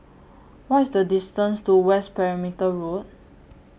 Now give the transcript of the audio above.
What IS The distance to West Perimeter Road